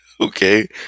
Okay